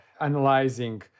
analyzing